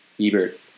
Ebert